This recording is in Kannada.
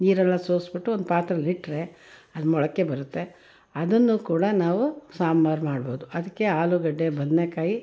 ನೀರೆಲ್ಲ ಸೋಸಿಬಿಟ್ಟು ಒಂದು ಪಾತ್ರೆಲಿ ಇಟ್ಟರೆ ಅದು ಮೊಳಕೆ ಬರುತ್ತೆ ಅದನ್ನು ಕೂಡ ನಾವು ಸಾಂಬಾರು ಮಾಡ್ಬೋದು ಅದಕ್ಕೆ ಆಲೂಗಡ್ಡೆ ಬದನೇಕಾಯಿ